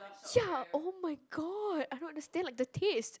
ya [oh]-my-god I don't understand like the taste